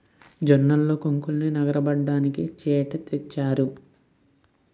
జొన్నల్లో కొంకుల్నె నగరబడ్డానికి చేట తెచ్చాను